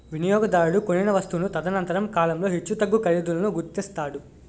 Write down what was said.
వినియోగదారుడు కొనిన వస్తువును తదనంతర కాలంలో హెచ్చుతగ్గు ఖరీదులను గుర్తిస్తాడు